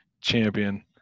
champion